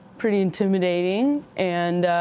pretty intimidating, and